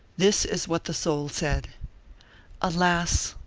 this is what the soul said alas!